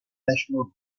national